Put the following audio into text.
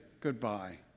goodbye